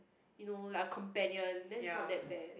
you know like a companion then it's not that bad